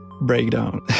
breakdown